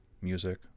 music